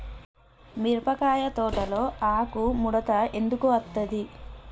మిరపకాయ తోటలో ఆకు ముడత ఎందుకు అత్తది?